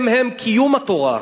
הם הם קיום התורה.